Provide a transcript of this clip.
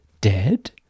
Dead